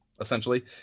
essentially